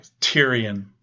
Tyrion